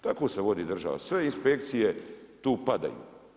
Tako se vodi država, sve inspekcije tu padaju.